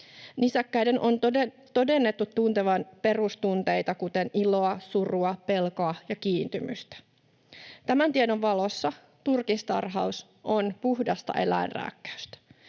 Nisäkkäiden on todennettu tuntevan perustunteita, kuten iloa, surua, pelkoa ja kiintymystä. Tämän tiedon valossa turkistarhaus on puhdasta eläinrääkkäystä.